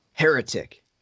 Heretic